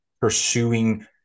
Pursuing